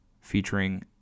featuring